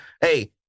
Hey